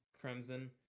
Crimson